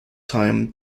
time